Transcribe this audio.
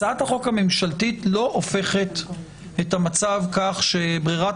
הצעת החוק הממשלתית לא הופכת את המצב כך שברירת